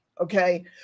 Okay